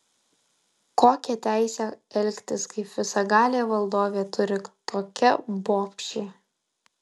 kokią teisę elgtis kaip visagalė valdovė turi tokia bobšė